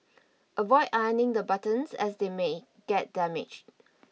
avoid ironing the buttons as they may get damaged